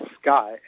sky